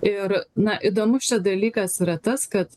ir na įdomus čia dalykas yra tas kad